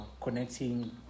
connecting